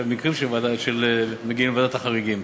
מקרים שמגיעים מוועדת החריגים.